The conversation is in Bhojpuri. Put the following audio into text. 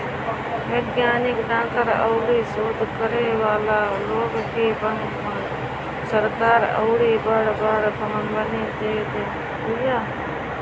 वैज्ञानिक, डॉक्टर अउरी शोध करे वाला लोग के फंड सरकार अउरी बड़ बड़ कंपनी देत बिया